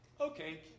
okay